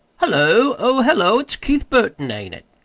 hullo! oh, hullo! it's keith burton, ain't it?